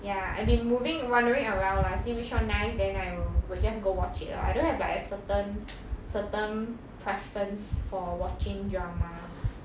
ya I've been moving wandering around lah see which nice then I will will just go watch it lah I don't have like a certain certain preference for watching drama